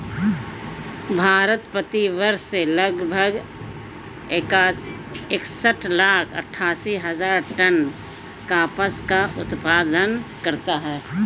भारत, प्रति वर्ष लगभग इकसठ लाख अट्टठासी हजार टन कपास का उत्पादन करता है